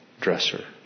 dresser